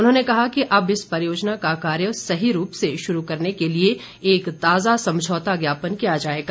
उन्होंने कहा कि अब इस परियोजना का कार्य सही रूप से शुरू करने के लिए एक ताजा समझौता ज्ञापन किया जाएगा